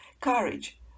Courage